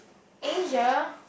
Asia